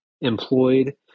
employed